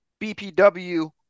BPW